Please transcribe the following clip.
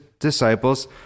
Disciples